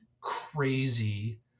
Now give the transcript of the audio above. crazy